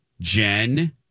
Jen